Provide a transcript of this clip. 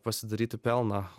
pasidaryti pelną